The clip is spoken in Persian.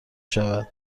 شود